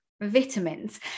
vitamins